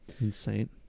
Insane